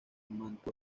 mantua